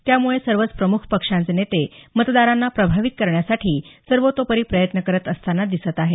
त्यामुळे सर्वच प्रमुख पक्षांचे नेते मतदारांना प्रभावित करण्यासाठी सर्वतोपरी प्रयत्न करत असताना दिसत आहे